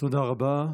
תודה רבה.